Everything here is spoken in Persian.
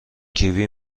کیوی